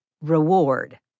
reward